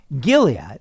Gilead